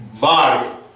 body